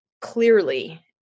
clearly